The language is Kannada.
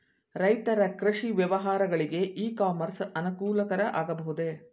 ರೈತರ ಕೃಷಿ ವ್ಯವಹಾರಗಳಿಗೆ ಇ ಕಾಮರ್ಸ್ ಅನುಕೂಲಕರ ಆಗಬಹುದೇ?